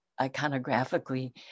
iconographically